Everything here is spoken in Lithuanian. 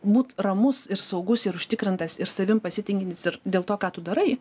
būt ramus ir saugus ir užtikrintas ir savim pasitikintis ir dėl to ką tu darai